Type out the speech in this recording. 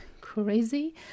crazy